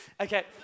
Okay